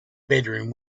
bedroom